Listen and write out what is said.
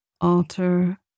altar